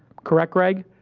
correct, greg?